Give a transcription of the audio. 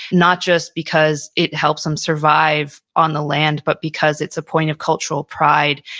not just because it helps them survive on the land, but because it's a point of cultural pride.